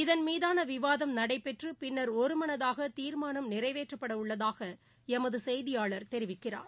இதன் மீதான விவாதம் நடைபெற்று பின்னர் ஒருமனதாக தீர்மானம் நிறைவேற்றப்பட உள்ளதாக எமது செய்தியாளர் தெரிவிக்கிறார்